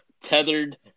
Tethered